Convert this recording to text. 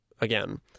again